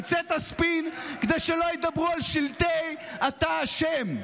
המצאת ספין כדי שלא ידברו על שלטי "אתה אשם"